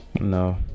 No